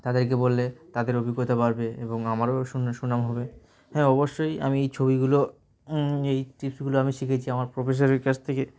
তাদেরকে বললে তাদের অভিজ্ঞতা বাড়বে এবং আমারও সু সুনাম হবে হ্যাঁ অবশ্যই আমি এই ছবিগুলো এই টিপসগুলো আমি শিখেছি আমার প্রফেসরের কাছ থেকে